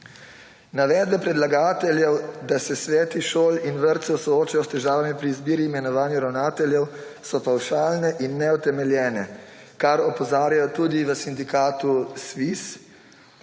Navedbe predlagateljev, da se sveti šol in vrtcev soočajo s težavami pri izbiri in imenovanju ravnateljev, so pavšalne in neutemeljene, kar opozarjajo tudi v sindikatu SVIZ.